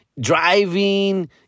driving